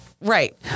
Right